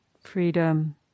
freedom